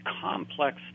complex